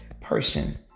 person